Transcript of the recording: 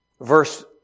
verse